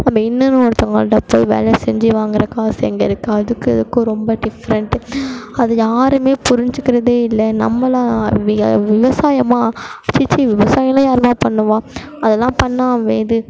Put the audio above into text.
நம்ம இன்னொரு ஒருத்தவங்கள்ட்ட போய் வேலை செஞ்சு வாங்கிற காசு எங்கே இருக்கு அதுக்கும் இதுக்கும் ரொம்ப டிஃபரென்ட்டு அதை யாரும் புரிஞ்சுகிறதே இல்லை நம்மளா விவசாயமா சீச்சீ விவசாயம்லாம் யாருப்பா பண்ணுவா அதலாம் பண்ணால் இது